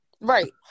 Right